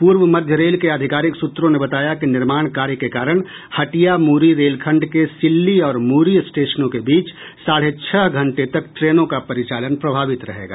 पूर्व मध्य रेल के आधिकारिक सूत्रों ने बताया कि निर्माण कार्य के कारण हटिया मूरी रेलखंड के सिल्ली और मूरी स्टेशनों के बीच साढ़े छह घंटे तक ट्रेनों का परिचालन प्रभावित रहेगा